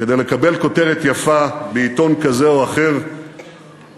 כדי לקבל כותרת יפה בעיתון כזה או אחר או